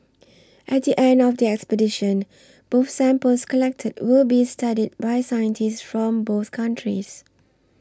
at the end of the expedition both samples collected will be studied by scientists from both countries